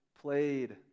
played